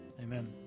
Amen